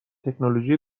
تکنولوژی